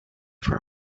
for